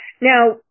Now